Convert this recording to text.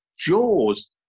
Jaws